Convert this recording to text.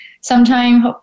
sometime